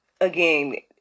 again